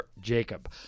Jacob